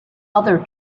other